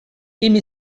aimé